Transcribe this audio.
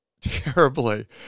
terribly